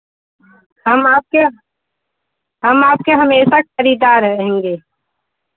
हम आपके हम आपके हमेशा खरीददार रहेंगे